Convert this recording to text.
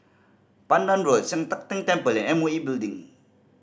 Pandan Road Sian Teck Tng Temple and M O E Building